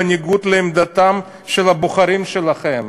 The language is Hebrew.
בניגוד לעמדתם של הבוחרים שלכם.